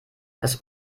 das